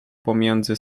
pomiędzy